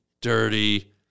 dirty